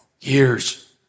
Years